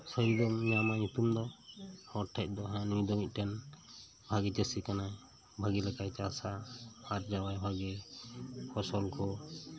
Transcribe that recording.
ᱥᱟᱹᱨᱤ ᱫᱚᱢ ᱧᱟᱢᱟ ᱧᱩᱛᱩᱢ ᱫᱚ ᱦᱚᱲᱴᱮᱱ ᱫᱚ ᱦᱟᱸᱜ ᱩᱱᱤᱫᱚ ᱢᱤᱫ ᱴᱮᱱ ᱵᱷᱟᱜᱮᱹ ᱪᱟᱹᱥᱤ ᱠᱟᱱᱟᱭ ᱵᱷᱟᱜᱮᱹ ᱞᱮᱠᱟᱭ ᱪᱟᱥᱟ ᱟᱨᱡᱟᱣᱟᱭ ᱵᱷᱟᱜᱮᱹ ᱯᱷᱚᱥᱚᱞᱠᱚ